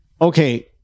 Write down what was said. okay